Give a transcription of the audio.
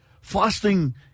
Fasting